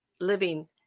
living